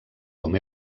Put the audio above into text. com